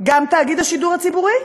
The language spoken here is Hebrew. גם תאגיד השידור הציבורי,